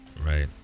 right